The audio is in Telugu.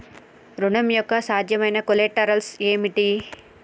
ఋణం యొక్క సాధ్యమైన కొలేటరల్స్ ఏమిటి?